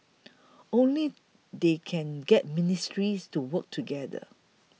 only they can get ministries to work together